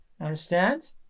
Understand